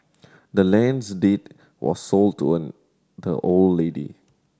the land's deed was sold to an the old lady